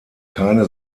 keine